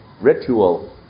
ritual